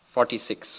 Forty-six